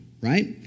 right